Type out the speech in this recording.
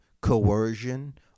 coercion